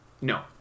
No